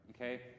okay